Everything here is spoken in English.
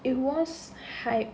it was hyped